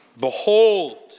Behold